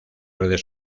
redes